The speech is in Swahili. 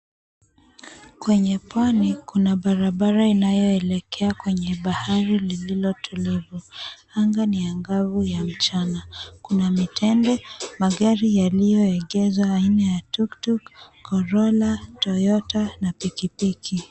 Kwenye pwani kuna barabara inayoelekea kwenye bahari lililotulivu, anga ni angavu ya mchana kuna mitende magari yaliyoengezwa tuktuk, Toyota, Corolla na pikipiki.